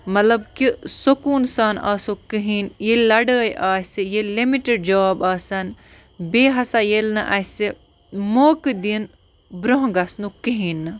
مطلب کہِ سکوٗن سان آسو کِہیٖنۍ ییٚلہِ لَڑٲے آسہِ ییٚلہِ لِمِٹِڈ جاب آسَن بیٚیہِ ہسا ییٚلہِ نہٕ اَسہِ موقعہٕ دِن برٛونٛہہ گَژھنُک کِہیٖنۍ نہٕ